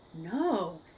no